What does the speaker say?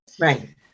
Right